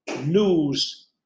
news